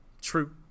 True